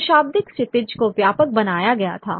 तो शाब्दिक क्षितिज को व्यापक बनाया गया था